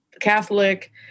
Catholic